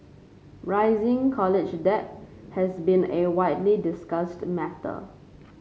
rising college debt has been a widely discussed matter